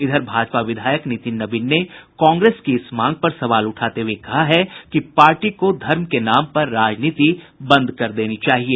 इधर भाजपा विधायक नितिन नवीन ने कांग्रेस की इस मांग पर सवाल उठाते हुए कहा है कि पार्टी को धर्म के नाम पर राजनीति बंद करनी चाहिए